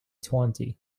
twenty